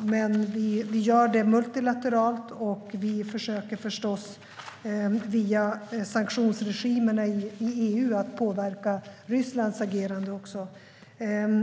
Men vi gör det multilateralt, och vi försöker förstås påverka Rysslands agerande via sanktionsregimen i EU.